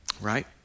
right